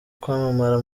kwamamara